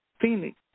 Phoenix